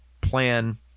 plan